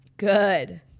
Good